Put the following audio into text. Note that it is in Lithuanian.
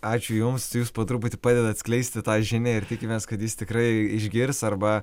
ačiū jums tai jūs po truputį padedat skleisti tą žinią ir tikimės kad jis tikrai išgirs arba